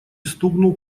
стукнул